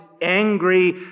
angry